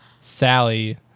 Sally